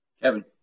Kevin